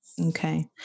Okay